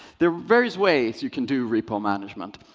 there are various ways you can do repo management.